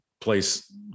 place